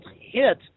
hit